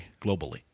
Globally